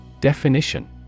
Definition